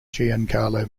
giancarlo